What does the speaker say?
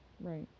right